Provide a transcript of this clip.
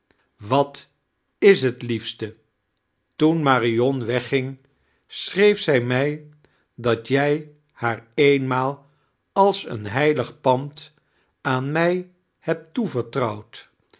wat is het liefste toein marion wegging schreef zij mij dat jij haar eennaaal als een heilig pand aan mij bebt toevertromwd